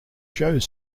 joe